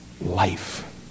life